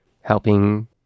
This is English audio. helping